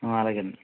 అలాగే అండి